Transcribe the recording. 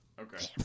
Okay